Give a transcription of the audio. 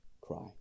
cry